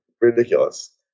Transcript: ridiculous